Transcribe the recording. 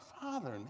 Father